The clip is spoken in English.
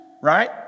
right